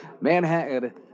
Manhattan